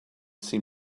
seem